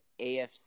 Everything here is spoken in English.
AFC